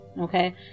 Okay